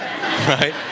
Right